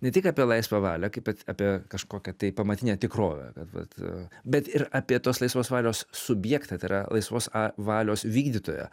ne tik apie laisvą valią kaip at apie kažkokią tai pamatinę tikrovę kad vat bet ir apie tos laisvos valios subjektą tai yra laisvos valios vykdytoją